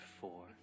four